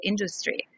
industry